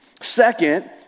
Second